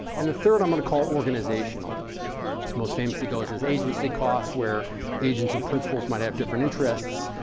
and the third i'm going to call organizational. this most famously goes as agency costs where agents and principles might have different interests.